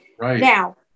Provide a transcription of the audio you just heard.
now